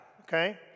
okay